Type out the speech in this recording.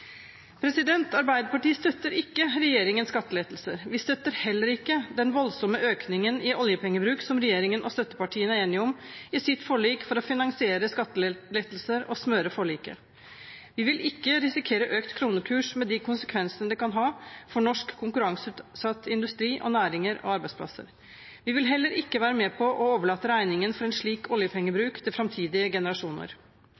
Arbeiderpartiet støtter ikke regjeringens skattelettelser. Vi støtter heller ikke den voldsomme økningen i oljepengebruk som regjeringen og støttepartiene er enige om i sitt forlik for å finansiere skattelettelser og smøre forliket. Vi vil ikke risikere økt kronekurs, med de konsekvensene det kan ha for norsk konkurranseutsatt industri og næringer og arbeidsplasser. Vi vil heller ikke være med på å overlate regningen for en slik oljepengebruk til framtidige generasjoner.